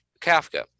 Kafka